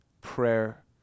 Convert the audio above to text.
prayer